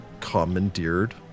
commandeered